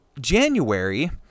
January